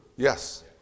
Yes